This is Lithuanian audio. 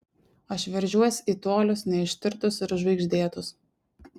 aš veržiuos į tolius neištirtus ir žvaigždėtus